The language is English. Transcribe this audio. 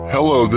Hello